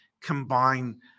combine